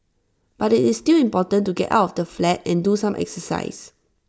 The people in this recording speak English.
but IT is still important to get out of the flat and do some exercise